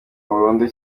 burundu